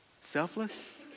Selfless